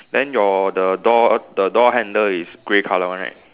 then your the door the door handle is grey colour one right